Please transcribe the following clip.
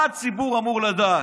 מה הציבור אמור לדעת?